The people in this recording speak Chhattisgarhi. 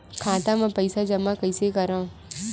खाता म पईसा जमा कइसे करव?